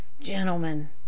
Gentlemen